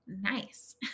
nice